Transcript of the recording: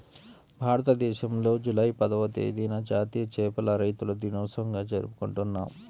భారతదేశంలో జూలై పదవ తేదీన జాతీయ చేపల రైతుల దినోత్సవంగా జరుపుకుంటున్నాం